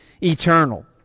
eternal